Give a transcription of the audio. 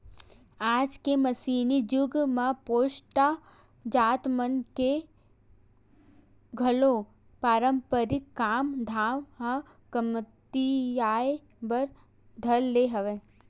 आज के मसीनी जुग म कोस्टा जात मन के घलो पारंपरिक काम धाम ह कमतियाये बर धर ले हवय